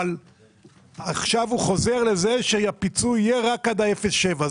אבל עכשיו הוא חוזר לזה שהפיצוי יהיה רק על אפס עד שבעה.